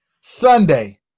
Sunday